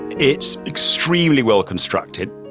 it's extremely well-constructed.